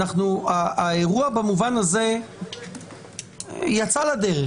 האירוע במובן הזה יצא לדרך,